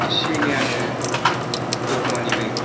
एसे एनै आङो धोरोमनिबो